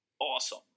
awesome